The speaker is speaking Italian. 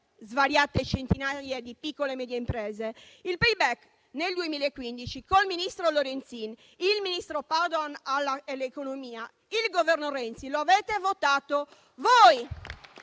svariate centinaia di piccole e medie imprese. Il *payback* nel 2015 con il ministro Lorenzin, il ministro Padoan all'economia e con il Governo Renzi lo avete votato voi.